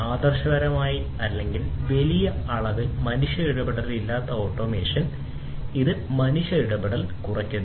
ആദർശപരമായി അല്ലെങ്കിൽ വലിയ അളവിൽ മനുഷ്യ ഇടപെടൽ ഇല്ലാത്ത ഓട്ടോമേഷൻ ഇതിൽ മനുഷ്യ ഇടപെടൽ കുറയുന്നു